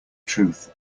truth